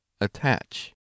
attach